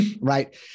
Right